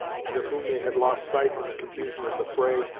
and of whom they had lost sight in the confusion of the fray,